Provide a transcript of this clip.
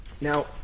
Now